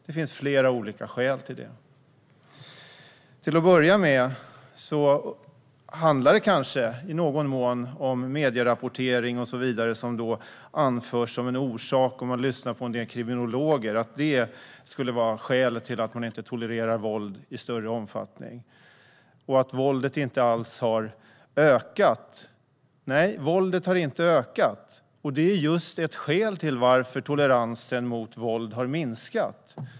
Det finns flera olika skäl till att toleransen har minskat. I någon mån handlar det om medierapportering och så vidare. En del kriminologer menar att det skulle vara skälet till att människor inte tolererar våld i större omfattning och att våldet inte har ökat. Nej, våldet har inte ökat, och just det är ett skäl till att toleransen mot våld har minskat.